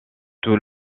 tout